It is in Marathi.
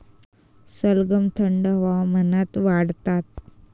सलगम थंड हवामानात वाढतात